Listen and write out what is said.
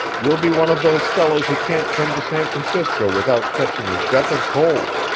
you'll be one of those fellows who can't come to san francisco without catching his death of cold,